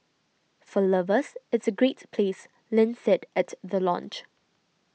for lovers it's a great place Lin said at the launch